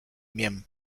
miem